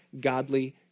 godly